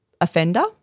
offender